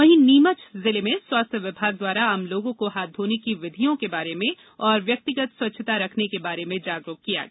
वहीं नीमच जिले में स्वास्थ्य विभाग द्वारा आम लोगों को हाथ धोने की विधियों के बारे में और व्यक्तिगत स्वच्छता रखने के बारे में जागरूक किया गया